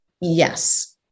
Yes